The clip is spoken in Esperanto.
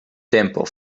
tempo